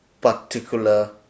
particular